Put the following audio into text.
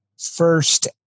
first